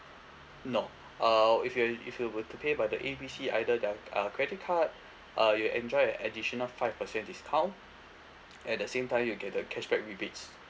no err if you if you were to pay by the A B C either their uh credit card uh you'll enjoy an additional five percent discount at the same time you'll get the cashback rebates